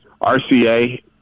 RCA